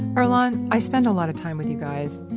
earlonne, i spend a lot of time with you guys,